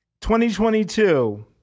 2022